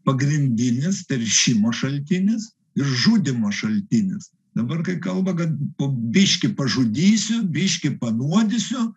pagrindinis teršimo šaltinis ir žudymo šaltinis dabar kai kalba kad po biškį pražudysiu biškį panuodysiu